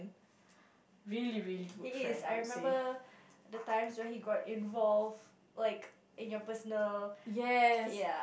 really really good friend I would say yes